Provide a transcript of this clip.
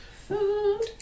Food